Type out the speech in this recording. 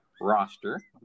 roster